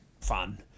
fun